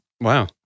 Wow